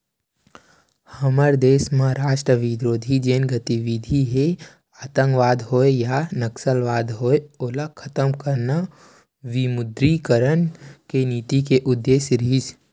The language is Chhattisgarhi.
हमर देस म राष्ट्रबिरोधी जेन गतिबिधि हे आंतकवाद होय या नक्सलवाद होय ओला खतम करना विमुद्रीकरन के नीति के उद्देश्य रिहिस